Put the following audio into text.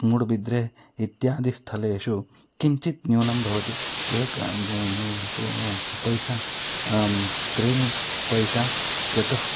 मूड्बिद्रे इत्यादि स्थलेषु किञ्चित् न्यूनं भवति एक पैसा त्रीणि पैसा चतुः